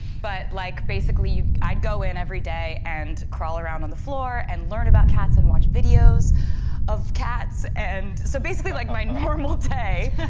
but like basically you i'd go in every day and crawl around on the floor and learn about cats and watch videos of cats and so basically like my normal day